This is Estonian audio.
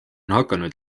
hakanud